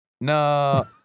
no